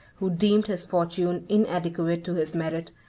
who deemed his fortune inadequate to his merit,